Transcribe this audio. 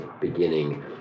beginning